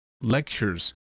lectures